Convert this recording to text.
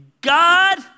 God